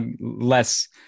less